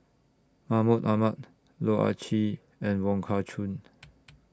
Mahmud Ahmad Loh Ah Chee and Wong Kah Chun